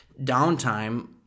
downtime